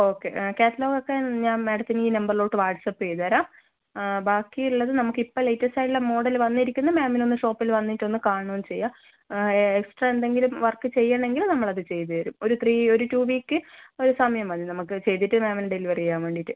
okay catalogue ഒക്കെ ഞാൻ മാഡത്തിന് ഈ നമ്പറിലോട്ട് വാട്സപ്പ് ചെയ്ത് തരാം ആ ബാക്കിയുള്ളത് നമുക്കിപ്പം ലേറ്റസ്റ്റ് ആയിട്ടുള്ള മോഡൽ വന്നിരിക്കുന്നത് മാമിനൊന്ന് ഷോപ്പിൽ വന്നിട്ടൊന്ന് കാണുകയും ചെയ്യാം ആ എക്സ്ട്രാ എന്തെങ്കിലും വർക്ക് ചെയ്യണമെങ്കിൽ നമ്മൾ അത് ചെയ്ത് തരും ഒരു ത്രീ ഒരു ടു വീക്ക് ഒരു സമയം മതി നമുക്ക് ചെയ്തിട്ട് മാമിന് ഡെലിവറി ചെയ്യാൻ വേണ്ടിയിട്ട്